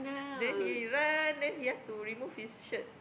then he run then he have to remove his shirt